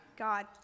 God